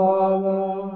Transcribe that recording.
Father